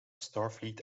starfleet